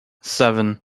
seven